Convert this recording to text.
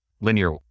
linear